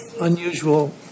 unusual